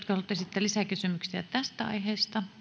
esittää lisäkysymyksiä tästä aiheesta